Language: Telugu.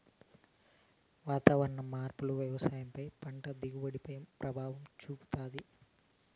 వాతావరణ మార్పు వ్యవసాయం పై పంట దిగుబడి పై ప్రభావం చూపుతాది